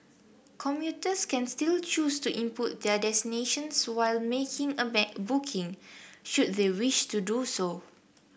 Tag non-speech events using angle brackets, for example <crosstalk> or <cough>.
commuters can still choose to input their destinations while making a <unintelligible> booking should they wish to do so